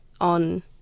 on